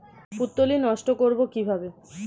পুত্তলি নষ্ট করব কিভাবে?